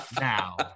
now